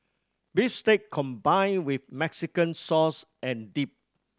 beef steak combined with Mexican sauce and dip